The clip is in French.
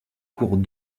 cours